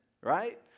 right